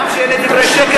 הגם שאלה דברי שקר,